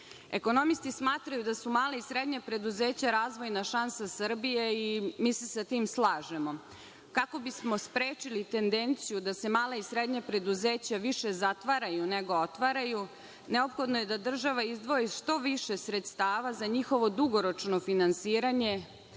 zajam“.Ekonomisti smatraju da su mala i srednja preduzeća razvojna šansa Srbije i mi se sa tim slažemo. Kako bismo sprečili tendenciju da se mala i srednja preduzeća više zatvaraju nego otvaraju neophodno je da država izdvoji što više sredstava za njihovo dugoročno finansiranje